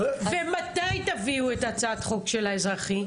ומתי תביאו את הצעת החוק של האזרחי?